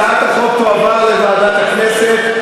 הצעת החוק תועבר לוועדת הכנסת.